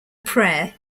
prayer